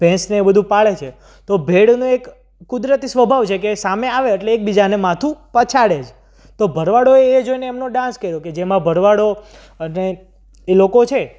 ભેંસને એ બધું પાળે છે તો ભેડનો એક કુદરતી સ્વભાવ છે કે એ સામે આવે એટલે એકબીજાને માથું પછાડે જ તો ભરવાડો એ એ જોઈને એમનો ડાન્સ કર્યો કે જેમાં ભરવાડો અને એ લોકો છે